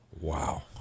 Wow